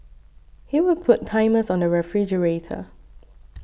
he would put timers on the refrigerator